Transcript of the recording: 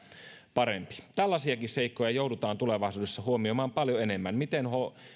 parempi tällaisiakin seikkoja joudutaan tulevaisuudessa huomioimaan paljon enemmän miten